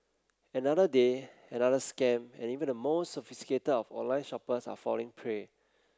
another day another scam and even the most sophisticated of online shoppers are falling prey